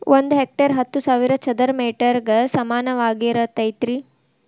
ಒಂದ ಹೆಕ್ಟೇರ್ ಹತ್ತು ಸಾವಿರ ಚದರ ಮೇಟರ್ ಗ ಸಮಾನವಾಗಿರತೈತ್ರಿ